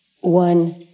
one